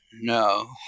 No